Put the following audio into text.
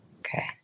Okay